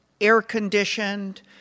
air-conditioned